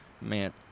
man